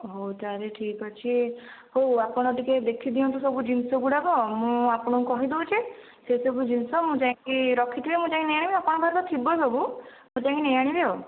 ହେଉ ତା'ହେଲେ ଠିକ ଅଛି ହେଉ ଆପଣ ଟିକେ ଦେଖି ଦିଅନ୍ତୁ ସବୁ ଜିନିଷ ଗୁଡ଼ାକ ମୁଁ ଆପଣଙ୍କୁ କହିଦେଉଛି ସେସବୁ ଜିନିଷ ମୁଁ ଯାଇକି ରଖିଥିବେ ମୁଁ ଯାଇକି ନେଇଆଣିବି ଆପଣଙ୍କ ପାଖରେ ତ ଥିବ ସବୁ ମୁଁ ଯାଇକି ନେଇ ଆଣିବି ଆଉ